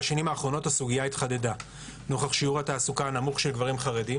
בשנים האחרונות הסוגיה התחדדה נוכח שיעור התעסוקה הנמוך של גברים חרדים.